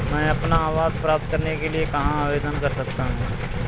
मैं अपना आवास प्राप्त करने के लिए कहाँ आवेदन कर सकता हूँ?